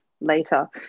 later